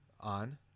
On